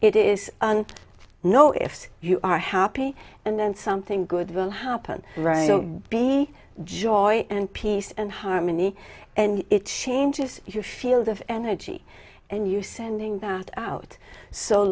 it is no if you are happy and then something good will happen right don't be joy and peace and harmony and it changes your field of energy and you sending that out so